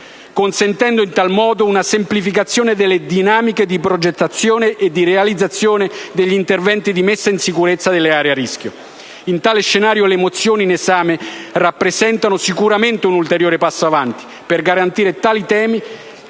consentendo in tal modo una semplificazione delle dinamiche di progettazione e realizzazione degli interventi di messa in sicurezza delle aree a rischio. In tale scenario le mozioni in esame rappresentano sicuramente un ulteriore passo in avanti per garantire che tali temi